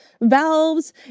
valves